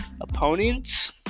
opponents